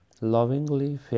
lovingly